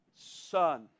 son